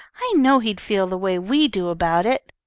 i know he'd feel the way we do about it.